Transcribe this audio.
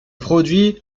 produit